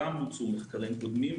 גם הוצאו מחקרים קודמים,